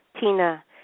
Tina